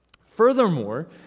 Furthermore